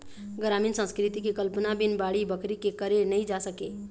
गरामीन संस्कृति के कल्पना बिन बाड़ी बखरी के करे नइ जा सके